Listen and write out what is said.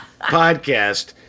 podcast